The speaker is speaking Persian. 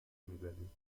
میزدیم